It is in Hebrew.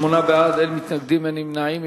שמונה בעד, אין מתנגדים ואין נמנעים.